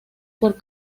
por